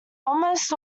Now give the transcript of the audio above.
almost